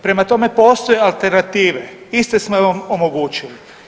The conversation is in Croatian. Prema tome postoje alternative iste smo vam omogućili.